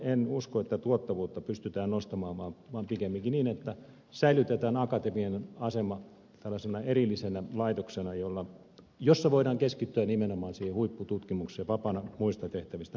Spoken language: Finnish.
en usko että tällä tavalla tuottavuutta pystytään nostamaan vaan pikemminkin niin että säilytetään akatemian asema tällaisena erillisenä laitoksena jossa voidaan keskittyä nimenomaan siihen huippututkimukseen vapaana muista tehtävistä